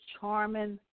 charming